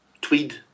Tweed